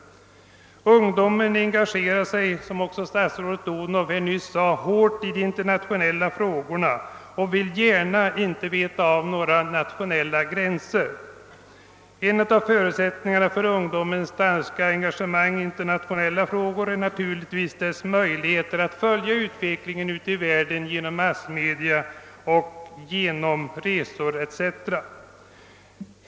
Ungdomen engagerar sig hårt, som också statsrådet Odhnoff nyss sade, i de internationella frågorna och vill inte gärna veta av några nationella gränser. En av förutsättningarna för ungdomens starka engagemang i internationella frågor är naturligtvis dess möjligheter att följa utvecklingen ute i världen genom massmedia och genom resor etc.